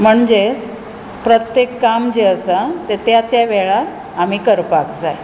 म्हणजेच प्रत्येक काम जें आसा तें त्या त्या वेळार आमी करपाक जाय